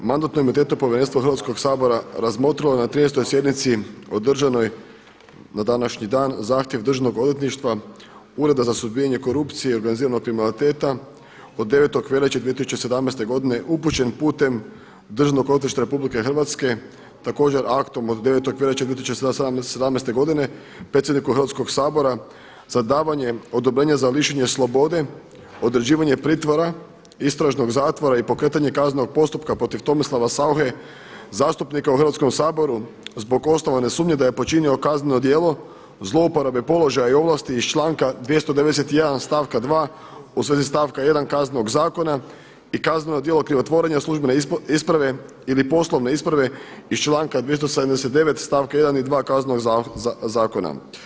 Mandatno-imunitetno povjerenstvo Hrvatskog sabora razmotrilo je na 13. sjednici održanoj na današnji dan zahtjev Državnog odvjetništva Ureda za suzbijanje korupcije i organiziranog kriminaliteta od 9. veljače 2017. godine upućen putem Državnog odvjetništva RH također aktom od 9. veljačke 2017. godine predsjedniku Hrvatskog sabora sa davanjem odobrenja za lišenje slobode, određivanje pritvora, istražnog zatvora i pokretanje kaznenog postupka protiv Tomislava Sauche zastupnika u Hrvatskom saboru zbog osnovane sumnje da je počinio kazneno djelo zlouporabe položaja i ovlasti iz članka 291. stavka 2. u svezi stavka 1. Kaznenog zakona i kazneno djelo krivotvorenja službene isprave ili poslovne isprave iz članka 279. stavka 1. i 2. Kaznenog zakona.